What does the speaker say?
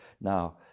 Now